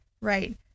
Right